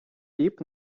піп